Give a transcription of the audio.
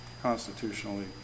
constitutionally